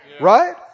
Right